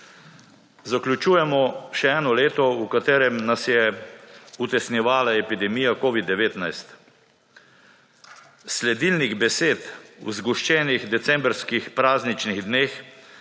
Zaključujemo še eno leto v katerem nas je utesnjevala epidemija COVID-19. Sledilnih besed v zgoščenih decembrskih prazničnih dneh